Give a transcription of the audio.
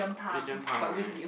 Adrian-Pang right